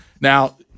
Now